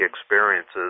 experiences